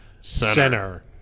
center